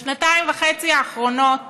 בשנתיים וחצי האחרונות